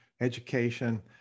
education